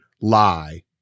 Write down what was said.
lie